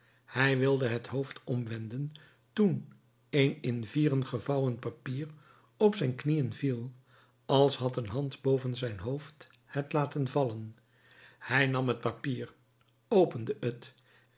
hij wilde het hoofd omwenden toen een in vieren gevouwen papier op zijn knieën viel als had een hand boven zijn hoofd het laten vallen hij nam het papier opende het